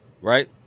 right